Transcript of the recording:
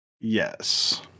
Yes